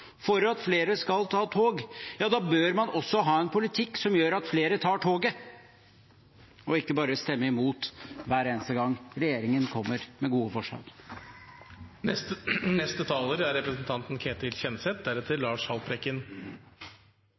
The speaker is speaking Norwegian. for at flere skal ta tog, bør man også ha en politikk som gjør at flere tar toget, og ikke bare stemme imot hver eneste gang regjeringen kommer med gode forslag.